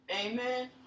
Amen